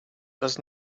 does